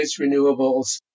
renewables